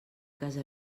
casa